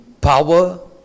power